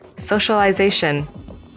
socialization